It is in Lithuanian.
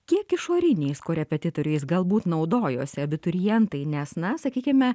kiek išoriniais korepetitoriais galbūt naudojosi abiturientai nes na sakykime